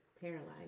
paralyzed